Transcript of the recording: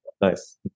Nice